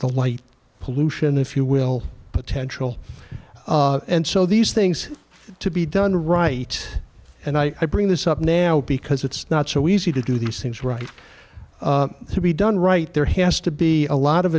the light pollution if you will potential and so these things to be done right and i bring this up now because it's not so easy to do these things right to be done right there has to be a lot of